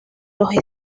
los